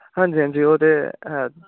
हां जी हां जी ओह् ते ऐ